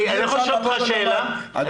אם